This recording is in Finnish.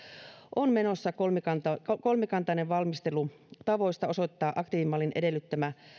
on menossa kolmikantainen kolmikantainen valmistelu tavoista osoittaa aktiivimallin edellyttämä